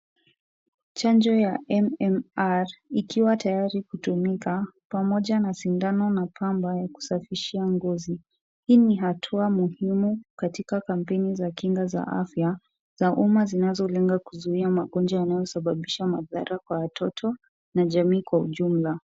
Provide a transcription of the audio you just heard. Chanjo ya MMR ikiwa tayari kutumika, pamoja na sindano pamba ya kusafishia ngozi. Hii ni hatua muhimu katika kampeni za kinga za afya za umma zinazolenga kuzuia magonjwa yanayo sababisha madhara kwa watoto na jamii kwa ujumla.